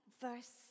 verse